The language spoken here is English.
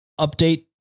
update